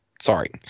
sorry